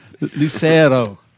Lucero